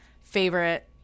favorite